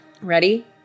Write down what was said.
Ready